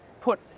put